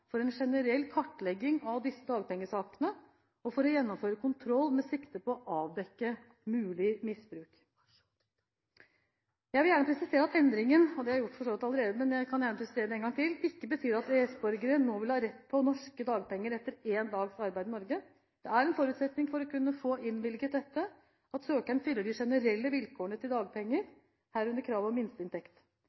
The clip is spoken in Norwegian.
for en generell kartlegging av disse dagpengesakene og for å gjennomføre kontroll med sikte på å avdekke mulig misbruk. Jeg vil gjerne presisere – det har jeg for så vidt gjort allerede, men kan gjerne gjøre det en gang til – at endringen ikke betyr at en EØS-borger nå vil ha rett på norske dagpenger etter én dags arbeid i Norge. Det er en forutsetning for å kunne få innvilget dette at søkeren fyller de generelle vilkår til dagpenger, herunder kravet om minsteinntekt.